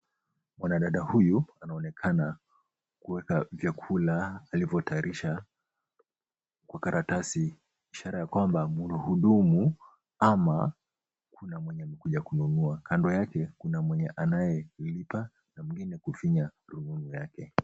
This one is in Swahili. Mwanadada huyu anaonekana kuweka vyakula alivyotayarisha kwa karatasi ishara ya kwamba mhudumu ama kuna mwenye amekuja kununua. Kando yake kuna mwenye anayelipa na mwengine kufinya rununu yake.